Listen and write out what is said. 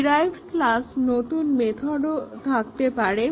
derived ক্লাসে নতুন মেথডও থাকতে পারে